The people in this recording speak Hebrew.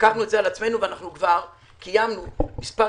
לקחנו את זה על עצמנו וקיימנו כבר מספר